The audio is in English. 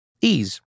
Ease